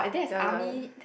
that one that one